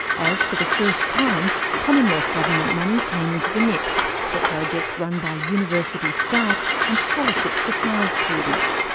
as for the first time, commonwealth government money came into the mix for projects run by university staff and scholarships for science students,